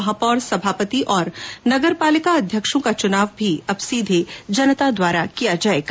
महापौर सभापति और नगरपालिका अध्यक्षों का चुनाव भी अब सीधे जनता द्वारा किया जायेगा